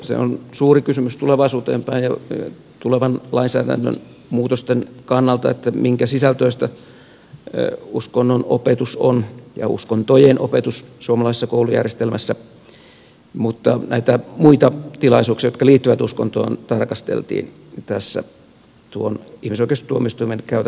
se on suuri kysymys tulevaisuuteen päin ja tulevan lainsäädännön muutosten kannalta minkä sisältöistä uskonnonopetus on ja uskontojen opetus suomalaisessa koulujärjestelmässä mutta näitä muita tilaisuuksia jotka liittyvät uskontoon tarkasteltiin tässä tuon ihmisoikeustuomioistuimen käytännön pohjalta